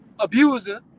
abuser